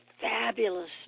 fabulous